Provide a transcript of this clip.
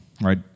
right